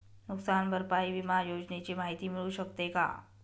नुकसान भरपाई विमा योजनेची माहिती मिळू शकते का?